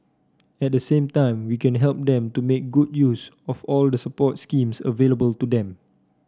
at the same time we can help them to make good use of all the support schemes available to them